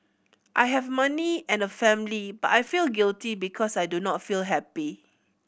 I have money and a family but I feel guilty because I do not feel happy